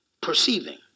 perceiving